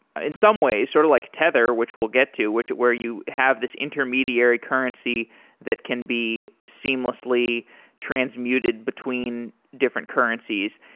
ah in some ways, sort of like tether, which we'll get to, where you have this intermediary currency that can be seamlessly transmuted between different currencies.